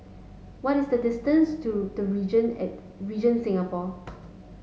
what is the distance to The Regent Regent Singapore